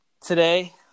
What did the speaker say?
today